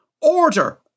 Order